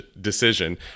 decision